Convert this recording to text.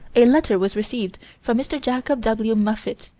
a letter was received from mr. jacob w. moffit,